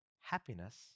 Happiness